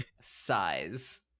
size